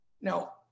Now